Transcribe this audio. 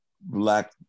Black